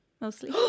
Mostly